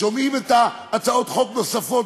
שומעים הצעות חוק נוספות,